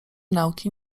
nauki